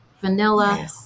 vanilla